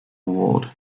ward